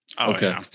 Okay